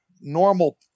normal